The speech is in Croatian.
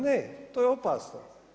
Ne to je opasno.